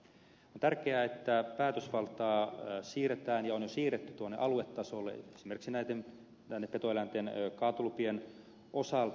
on tärkeää että päätösvaltaa siirretään ja on jo siirretty tuonne aluetasolle esimerkiksi näiden petoeläinten kaatolupien osalta